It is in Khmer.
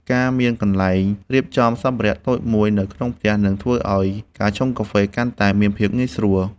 ការមានកន្លែងរៀបចំសម្ភារៈតូចមួយនៅក្នុងផ្ទះ នឹងធ្វើឱ្យការឆុងកាហ្វេកាន់តែមានភាពងាយស្រួល។